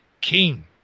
king